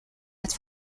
het